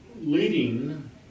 leading